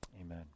amen